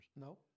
No